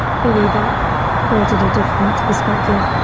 clearly, that created a different perspective.